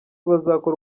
bazakora